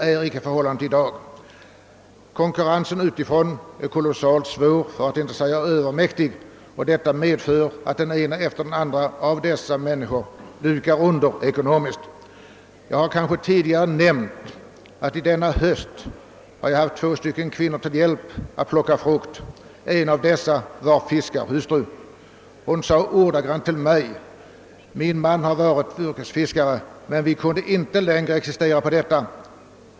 Det får de inte i dag. Konkurrensen utifrån är oerhört hård — för att inte säga övermäktig — och det gör att den ene fiskaren efter den andre dukar under ekonomiskt. Jag har kanske i något tidigare sammanhang nämnt att jag under denna höst har haft två kvinnor till hjälp vid fruktplockningen. En av dem är fiskarhustru, och hon sade för en tid sedan ordagrant till mig: »Min man har varit yrkesfiskare, men nu kan vi inte längre existera på fisket.